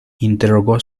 interrogó